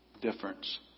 difference